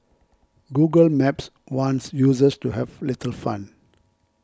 Google Maps wants users to have little fun